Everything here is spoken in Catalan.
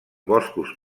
boscos